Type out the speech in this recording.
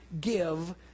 give